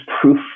proof